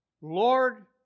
Lord